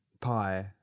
pie